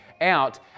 out